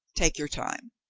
take your time.